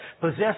possess